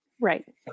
Right